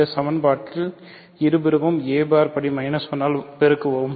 இந்த சமன்பாட்டை இருபுறமும் a பார் படி 1 ஆல் பெருக்குவோம்